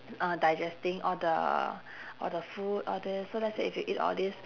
uh digesting all the all the food all these so let's say if you eat all these